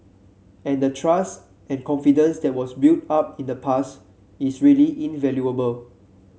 and the trust and confidence that was built up in the past is really invaluable